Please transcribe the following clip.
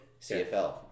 CFL